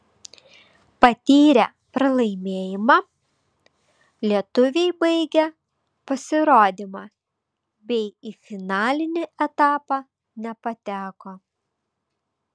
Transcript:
patyrę pralaimėjimą lietuviai baigė pasirodymą bei į finalinį etapą nepateko